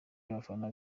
y’abafana